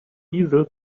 easels